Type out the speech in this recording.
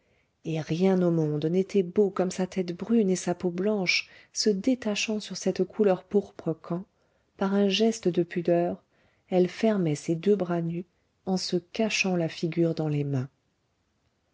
et rien au monde n'était beau comme sa tête brune et sa peau blanche se détachant sur cette couleur pourpre quand par un geste de pudeur elle fermait ses deux bras nus en se cachant la figure dans les mains